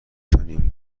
تونیم